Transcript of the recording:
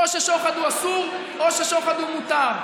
או ששוחד הוא אסור או ששוחד הוא מותר,